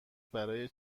برای